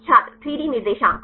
छात्र 3 डी निर्देशांक